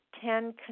Ten